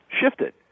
shifted